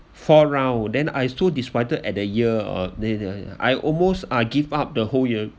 four round then I so disappointed at the year uh n~ I almost I give up the whole year